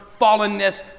fallenness